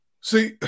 See